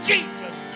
Jesus